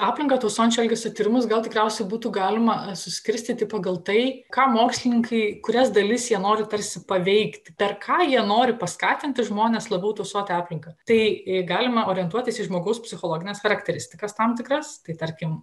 aplinką tausojančio elgesio tyrimus gal tikriausiai būtų galima suskirstyti pagal tai ką mokslininkai kurias dalis jie nori tarsi paveikti per ką jie nori paskatinti žmones labiau tausoti aplinką tai galima orientuotis į žmogaus psichologines charakteristikas tam tikras tai tarkim